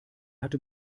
hatte